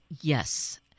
Yes